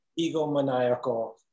egomaniacal